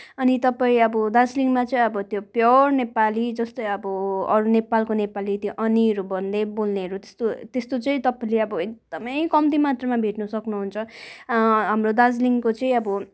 अनि तपाईँ अब दार्जिलिङमा चाहिँ अब त्यो प्युर नेपाली जस्तै अब अरू नेपालको नेपाली त्यो अनिहरू भन्दै बोल्नेहरू त्यस्तो त्यस्तो चाहिँ तपाईँले अब एकदमै कम्ती मात्रामा भेट्न सक्नुहुन्छ हाम्रो दार्जिलिङको चाहिँ अब